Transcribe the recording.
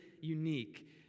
unique